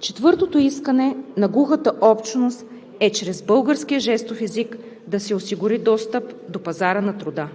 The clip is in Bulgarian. Четвъртото искане на глухата общност е чрез българския жестов език да се осигури достъп до пазара на труда.